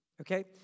okay